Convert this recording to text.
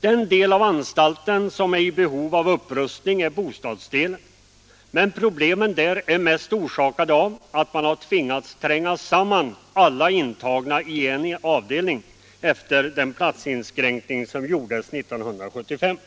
Den del av anstalten som är i behov av upprustning är bostadsdelen, men problemen där är mest orsakade av att man tvingades tränga samman alla intagna i en avdelning efter den platsinskränkning som gjordes 1975.